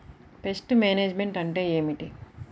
Pest management అంటే ఏమిటి?